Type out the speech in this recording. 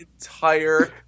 entire